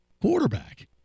quarterback